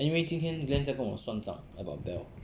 anyway 今天 glen 在跟我算账 about bell